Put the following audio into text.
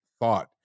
thought